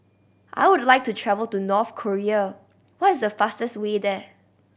I would like to travel to North Korea what is the fastest way there